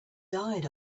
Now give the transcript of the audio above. died